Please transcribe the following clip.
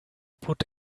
put